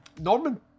Norman